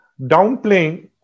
downplaying